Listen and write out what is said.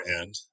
end